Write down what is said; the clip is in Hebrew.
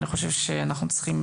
אני חושב שאנחנו צריכים,